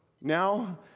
now